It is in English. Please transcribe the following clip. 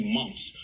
months